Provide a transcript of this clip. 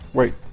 wait